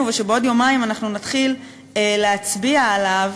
ושבעוד יומיים אנחנו נתחיל להצביע עליו